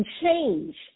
change